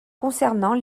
concernant